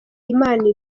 imana